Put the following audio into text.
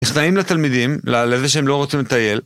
נכתבים לתלמידים, לזה שהם לא רוצים לטייל.